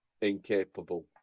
incapable